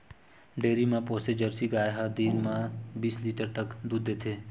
dairy म पोसे Jersey गाय ह दिन म बीस लीटर तक दूद देथे